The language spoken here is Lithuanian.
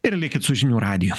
ir likit su žinių radiju